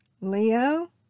Leo